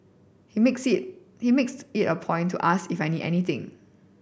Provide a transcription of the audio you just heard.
he makes it he makes it a point to ask if I need anything